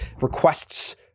requests